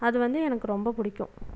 அது வந்து எனக்கு ரொம்ப பிடிக்கும்